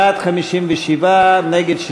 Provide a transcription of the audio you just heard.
בעד, 57, נגד,